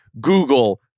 Google